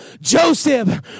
Joseph